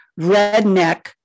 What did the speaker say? redneck